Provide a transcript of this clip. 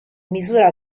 misura